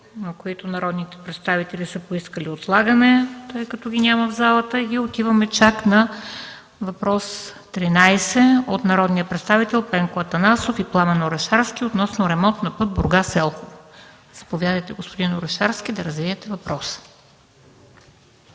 на които народните представители са поискали отлагане, след като ги няма в залата, и отиваме на въпрос № 13 от народните представители Пенко Атанасов и Пламен Орешарски относно ремонт на пътя Бургас – Елхово. Заповядайте, господин Орешарски, да развиете въпроса.